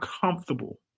comfortable